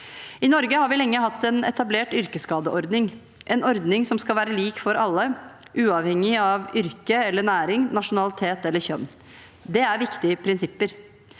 I Norge har vi lenge hatt en etablert yrkesskadeordning, en ordning som skal være lik for alle, uavhengig av yrke, næring, nasjonalitet og kjønn. Det er viktige prinsipper.